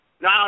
no